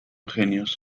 genios